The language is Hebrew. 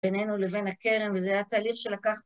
בינינו לבין הקרן, וזה היה תהליך שלקח